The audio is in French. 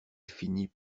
finit